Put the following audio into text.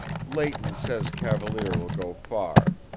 leighton says cavalier will go far.